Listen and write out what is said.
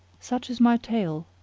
such is my tale!